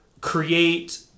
create